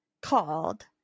called